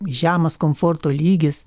žemas komforto lygis